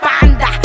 panda